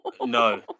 No